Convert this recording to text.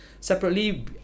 Separately